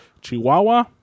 Chihuahua